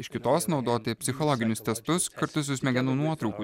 iš kitos naudoti psichologinius testus kartu su smegenų nuotraukų testais